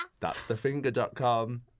Thatsthefinger.com